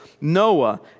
Noah